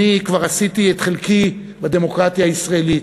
אני כבר עשיתי את חלקי בדמוקרטיה הישראלית.